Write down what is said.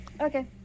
Okay